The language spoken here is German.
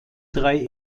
drei